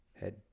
Head